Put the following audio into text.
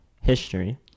history